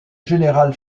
général